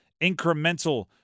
incremental